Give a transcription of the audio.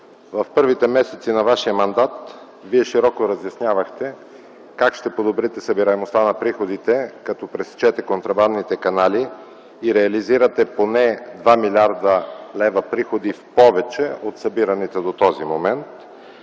в първите месеци на вашия мандат Вие широко разяснявахте как ще подобрите събираемостта на приходите, като пресечете контрабандните канали и реализирате поне 2 млрд. лв. приходи в повече от събираните до този момент.